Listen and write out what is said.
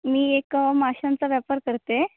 मी एक माशांचा व्यापार करते